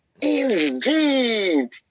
indeed